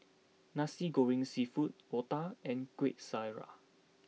Nasi Goreng Seafood Otah and Kuih Syara